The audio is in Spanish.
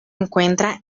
encuentra